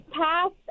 passed